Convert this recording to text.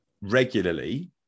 regularly